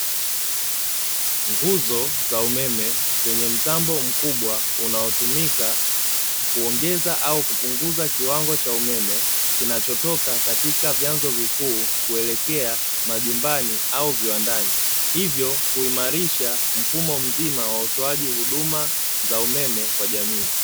Nguzo zenye mtambo mkubwa zinazotumika kuongeza au kufungua umeme, zinazotoka katika vyanzo vikuu n kuelekea majumbani au viwandani na huku kuimarisha mfumo mzima wakutoa umeme kwa jamii.